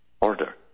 order